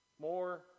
more